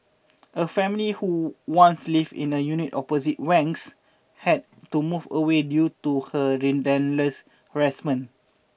a family who once lived in a unit opposite Wang's had to move away due to her relentless harassment